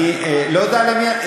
אני לא יודע למי,